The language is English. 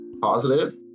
positive